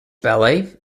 ballet